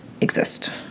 exist